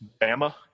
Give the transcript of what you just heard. Bama –